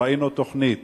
ראינו תוכנית